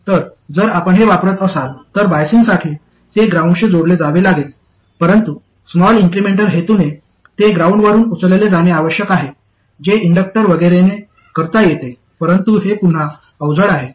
तर जर आपण हे वापरत असाल तर बायसिंगसाठी ते ग्राउंडशी जोडले जावे लागेल परंतु स्मॉल इन्क्रिमेंटल हेतूने ते ग्राउंडवरून उचलले जाणे आवश्यक आहे जे इंडक्टर वगैरेने करता येते परंतु हे पुन्हा अवजड आहे